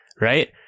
right